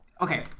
Okay